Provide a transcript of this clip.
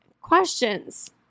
questions